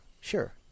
sure